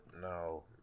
No